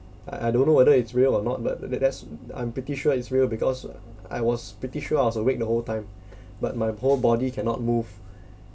I I don't know whether it's real or not but that that's I'm pretty sure is real because I was pretty sure I was awake the whole time but my poor body cannot move